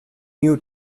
new